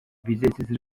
vizesiz